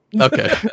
okay